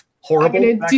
horrible